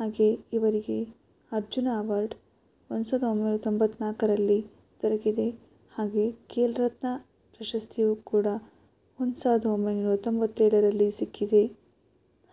ಹಾಗೇ ಇವರಿಗೆ ಅರ್ಜುನ ಅವಾರ್ಡ್ ಒಂದು ಸಾವಿರದ ಒಂಬೈನೂರ ತೊಂಬತ್ತನಾಲ್ಕರಲ್ಲಿ ದೊರಕಿದೆ ಹಾಗೇ ಖೇಲ್ ರತ್ನ ಪ್ರಶಸ್ತಿಯೂ ಕೂಡ ಒಂದು ಸಾವಿರದ ಒಂಬೈನೂರ ತೊಂಬತ್ತೇಳರಲ್ಲಿ ಸಿಕ್ಕಿದೆ